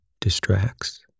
distracts